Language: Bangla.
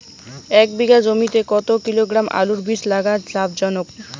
এক বিঘা জমিতে কতো কিলোগ্রাম আলুর বীজ লাগা লাভজনক?